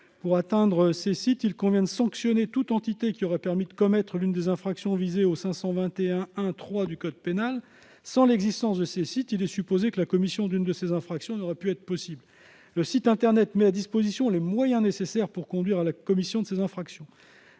Pour sanctionner ces sites, il convient de punir toute entité qui aurait permis de commettre l'une des infractions prévues à l'article 521-1-3 du code pénal. Sans ces sites, il est supposé que la commission de l'une de ces infractions n'aurait pas été possible : le site internet met à disposition les moyens nécessaires pouvant conduire à la commission des infractions.